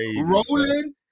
rolling